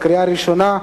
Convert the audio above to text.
2010,